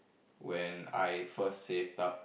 when I first saved up